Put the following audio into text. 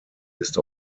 ist